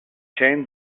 ken